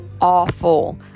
awful